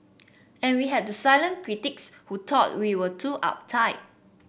and we had to silence critics who thought we were too uptight